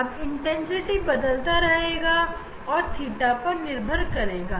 अब बदलती हुई तीव्रता थीटा पर निर्भर करती है